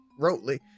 rotely